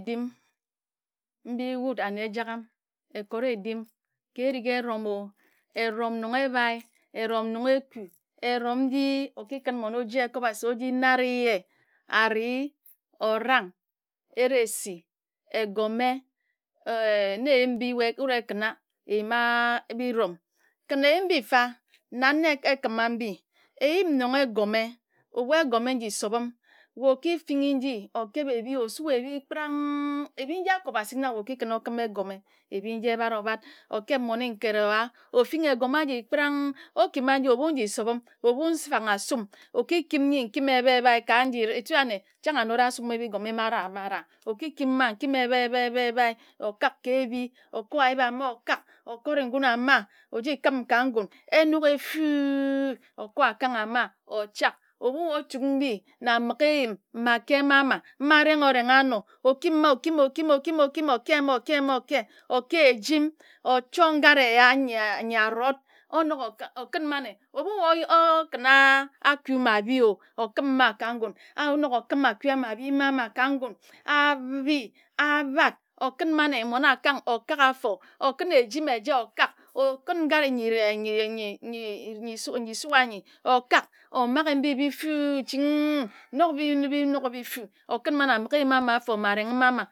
Dim mbi wud anne Ejagham ekore edim ke erig erom ō erom nong ebae erom nong eku erom nji okikun mmon owae oji ikor obasi oji nari ye ari orang eresi egome e ne egim mbi wud ekuna eyima bi-rom kin eyim mbi mfa nan na ekima mbi eyim nong egome ebu egome nji sobim wae okifini nji okob ebi osu ebi kprank. ebi nji akob asik na wae okikun okim egome ebi nji ebard obard okeb mmone nked owa ofini egome aji kprak okima aji ebu nji esobim ebu mfang asum okikim nyi nkim ebae ebae mare okikima nsum ebae ebae ebae ebae okak ke ebi okor ayip ama okak okuri ngun ama ojikim ka ngun enok efu okor akang ama ochak ebu wae ochuk nyi na aminge eyim na akem ama ma areng oreng anor okima okim okim okim okim okim okema okem okem okem oke ejim ochor ngara eya nyi nyi arod anok okak mane ebu ye ō okuna aku ma abi ō okim ma ka ngun onok okim aku ma ebim ama ka ngun abi abard okun mane mmon akang okak afor okun ejim eja okak okun ngara nyi ye nyi nyi nyi su anyi okak ama ge mbi bi fu nok bi mbibi nok bi fu okun man ambigi eyim ama afor ma areng m ama